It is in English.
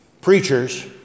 preachers